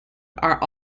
are